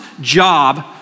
job